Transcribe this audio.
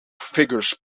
figures